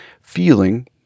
feeling